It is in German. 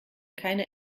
keine